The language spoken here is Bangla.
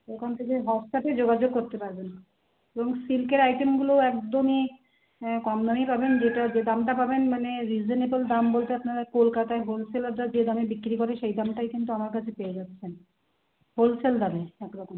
ওখান থেকে হোয়াটসঅ্যাপে যোগাযোগ করতে পারবেন এবং সিল্কের আইটেমগুলোও একদমই কম দামেই পাবেন যেটা যে দামটা পাবেন মানে রিজেনেবেল দাম বলতে আপনারা কলকাতায় হোলসেলাররা যে দামটায় বিক্রি করে সে দামটাই কিন্তু আমার কাছে পেয়ে যাচ্ছেন হোলসেল দামে একরকম